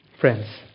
Friends